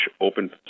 open